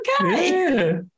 okay